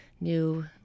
new